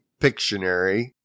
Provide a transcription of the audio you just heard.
Pictionary